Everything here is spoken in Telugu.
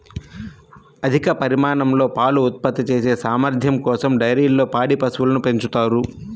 అధిక పరిమాణంలో పాలు ఉత్పత్తి చేసే సామర్థ్యం కోసం డైరీల్లో పాడి పశువులను పెంచుతారు